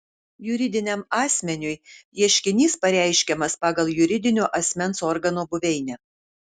juridiniam asmeniui ieškinys pareiškiamas pagal juridinio asmens organo buveinę